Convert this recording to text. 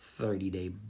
30-day